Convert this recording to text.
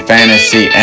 Fantasy